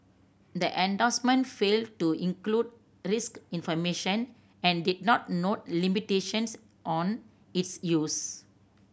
the endorsement failed to include risk information and did not note limitations on its use